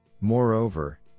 Moreover